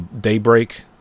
Daybreak